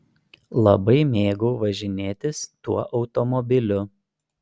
labai mėgau važinėtis tuo automobiliu